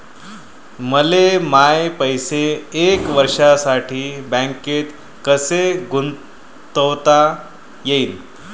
मले माये पैसे एक वर्षासाठी बँकेत कसे गुंतवता येईन?